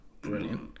brilliant